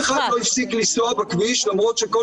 אף אחד לא הפסיק לנסוע בכביש למרות שכל